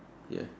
ya